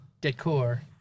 decor